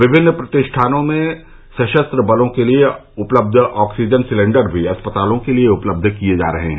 विभिन्न प्रतिष्ठानों में सशस्त्र बलों के लिए उपलब्ध ऑक्सीजन सिलेंडर भी अस्पतालों के लिए उपलब्ध किए जा रहे हैं